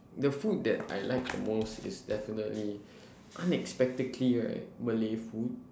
the food that I like the most is definitely unexpectedly right malay food